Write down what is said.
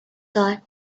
thought